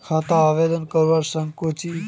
खाता आवेदन करवा संकोची?